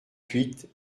huit